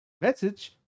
Message